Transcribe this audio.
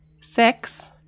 six